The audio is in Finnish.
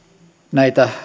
näitä